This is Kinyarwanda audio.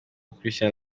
christian